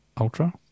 Ultra